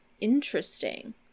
interesting